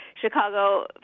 Chicago